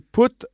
put